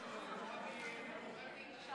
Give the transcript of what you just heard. גם האופציה ללמוד דמוקרטית?